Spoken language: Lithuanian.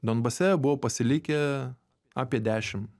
donbase buvo pasilikę apie dešimt